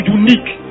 unique